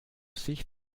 sich